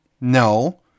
No